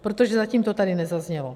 Protože zatím to tady nezaznělo.